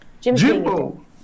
Jimbo